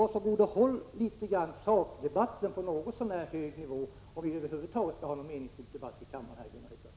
Var så god och håll sakdebatten på en något så när hög nivå, om vi över huvud taget skall kunna föra en meningsfull debatt här i kammaren.